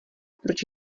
proč